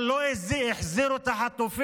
אבל לא החזירו את החטופים.